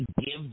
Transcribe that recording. give